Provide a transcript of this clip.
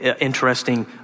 interesting